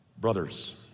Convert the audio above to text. Brothers